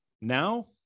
Now